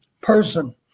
person